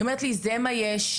והיא אומרת לי זה מה יש,